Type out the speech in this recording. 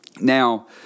Now